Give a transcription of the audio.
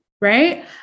Right